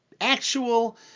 actual